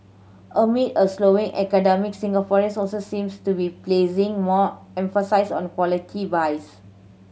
amid a slowing economy Singaporeans also seems to be placing more emphasis on quality buys